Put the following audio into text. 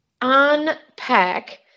unpack